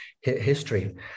history